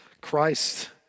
Christ